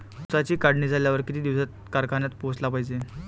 ऊसाची काढणी झाल्यावर किती दिवसात कारखान्यात पोहोचला पायजे?